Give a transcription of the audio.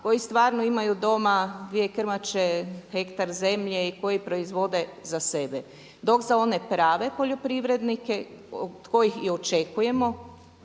koji stvarno imaju doma dvije krmače, hektar zemlje i koji proizvode za sebe. Dok za one prave poljoprivrednike od kojih i očekujemo